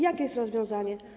Jakie jest rozwiązanie?